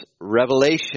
Revelation